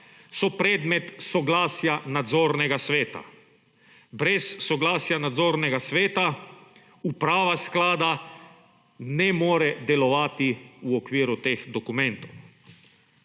so predmet soglasja nadzornega sveta. Brez soglasja nadzornega sveta, uprava sklada ne more delovati v okviru teh dokumentov.